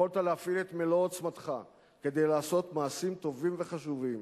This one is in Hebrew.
יכולת להפעיל את מלוא עוצמתך כדי לעשות מעשים טובים וחשובים,